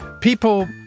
People